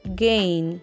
gain